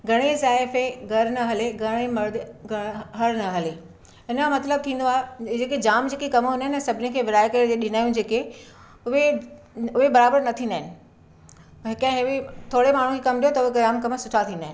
घणे ई ज़ाइफ़ें घर न हले घणे ई मर्दु घर हर न हले हिन जो मतिलबु थींदो आहे हे जेके जामु जेके कमु हूंदा आहिनि न सभिनी खे विरिहाए करे इहे ॾींदा आहियूं जेके उहे उहे बराबरि न थींदा आहिनि कंहिं हैवी थोरे माण्हू खे कमु ॾियो त उहो ग्राम कमु सुठा थींदा आहिनि